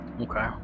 Okay